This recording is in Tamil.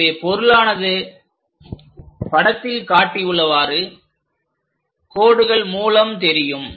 எனவே பொருளானது படத்தில் காட்டியுள்ளவாறு கோடுகள் மூலம் தெரியும்